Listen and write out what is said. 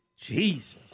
Jesus